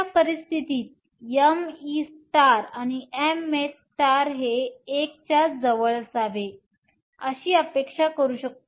अशा परिस्थितीत me आणि mh हे 1 च्या जवळ असावे अशी अपेक्षा करू